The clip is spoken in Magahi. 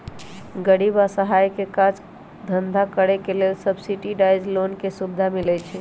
गरीब असहाय के काज धन्धा करेके लेल सब्सिडाइज लोन के सुभिधा मिलइ छइ